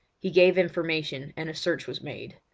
he gave information, and search was made.